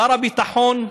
שר הביטחון,